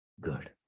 good